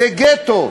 זה גטו.